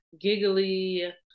giggly